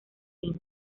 lin